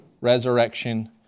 resurrection